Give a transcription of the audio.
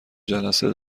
جلسه